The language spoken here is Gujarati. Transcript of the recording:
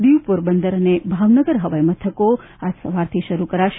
દીવ પોરબંદર અને ભાવનગર હવાઈ મથકો આજ સવારથી શરૂ કરાશે